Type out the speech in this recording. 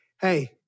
hey